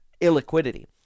illiquidity